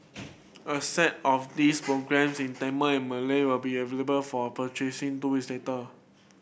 a set of these programmes in Tamil and Malay will be available for purchasing two weeks later